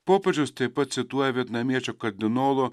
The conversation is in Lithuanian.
popiežius taip pat cituoja vietnamiečio kardinolo